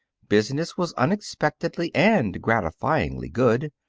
business was unexpectedly and gratifyingly good.